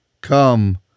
Come